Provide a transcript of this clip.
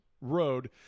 road